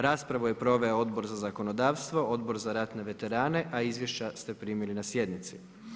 Raspravu je proveo Odbor za zakonodavstvo, Odbor za ratne veterane a izvješća ste primili na sjednici.